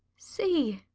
see,